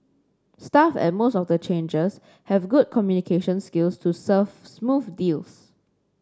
staff at most of the changers have good communication skills to serve smooth deals